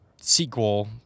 sequel